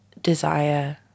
desire